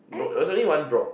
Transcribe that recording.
I think